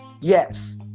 Yes